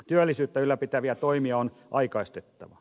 työllisyyttä ylläpitäviä toimia on aikaistettava